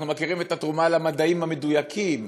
אנחנו מכירים את התרומה למדעים המדויקים.